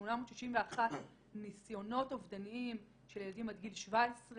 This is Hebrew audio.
אנחנו מדברים באמת על 861 ניסיונות אובדניים של ילדים עד גיל 17,